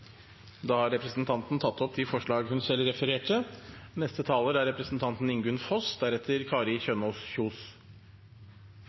Da har representanten Lene Vågslid tatt opp de forslagene hun refererte